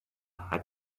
hat